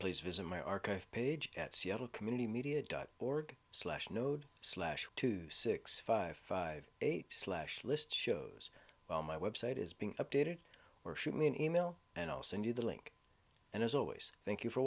please visit my archive page at seattle community media dot org slash node slash two six five five eight slash list shows while my website is being updated or shoot me an email and i'll send you the link and as always thank you for